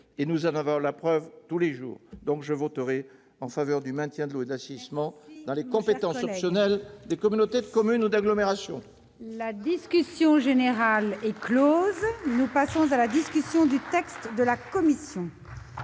nous en avons la preuve tous les jours. Je voterai donc en faveur du maintien de l'eau et de l'assainissement dans les compétences optionnelles des communautés de communes ou d'agglomération. Très bien ! La discussion générale est close. Nous passons à la discussion du texte de la commission.